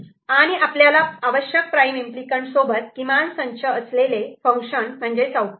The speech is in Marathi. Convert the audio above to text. आणि आपल्याला आवश्यक प्राईम इम्पली कँट सोबत किमान संच असलेले फंक्शन म्हणजेच आउटपुट मिळते